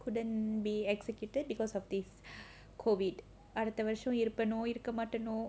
couldn't be executed because of this COVID அடுத்த வருஷம் இருப்பேனோ இருக்க மாட்டேனோ:adutha varusham iruppaeno irukka maattaeno